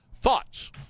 Thoughts